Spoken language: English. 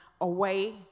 away